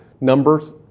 numbers